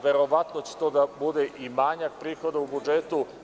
Verovatno će to da bude i manjak prihoda u budžetu.